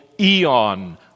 eon